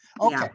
Okay